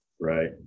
Right